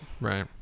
right